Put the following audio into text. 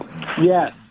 Yes